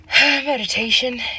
Meditation